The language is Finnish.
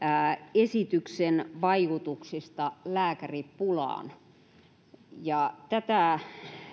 esityksen vaikutuksista lääkäripulaan tätä halin näkemystä